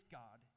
god